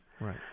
Right